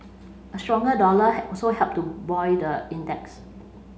a stronger dollar also helped to buoy the index